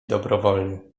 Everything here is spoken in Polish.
dobrowolnie